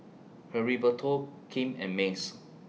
Heriberto Kim and Mace